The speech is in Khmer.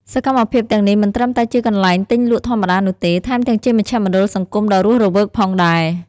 សកម្មភាពទាំងនេះមិនត្រឹមតែជាកន្លែងទិញលក់ធម្មតានោះទេ ថែមទាំងជាមជ្ឈមណ្ឌលសង្គមដ៏រស់រវើកផងដែរ។